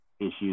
issues